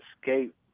escape